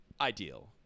ideal